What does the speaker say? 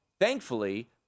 thankfully